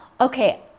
okay